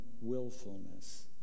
willfulness